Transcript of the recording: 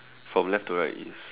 from left to right is